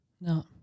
No